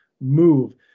move